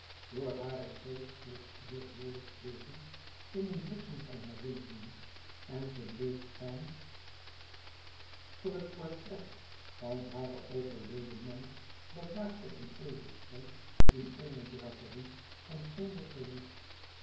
door haren geest flitste heur huwelijksleven in een bliksem van herinneringen en ze bleef staan voor het portret van haren overleden man dat daar op een ezel stond in eene draperie van somber peluche